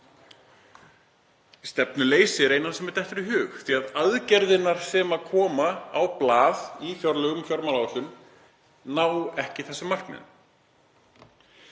Stefnuleysi er það eina sem mér dettur í hug því að aðgerðirnar sem koma á blað í fjárlögum og fjármálaáætlun ná ekki þessum markmiðum.